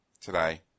today